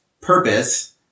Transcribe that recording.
purpose